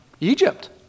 Egypt